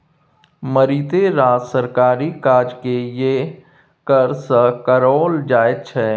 मारिते रास सरकारी काजकेँ यैह कर सँ कराओल जाइत छै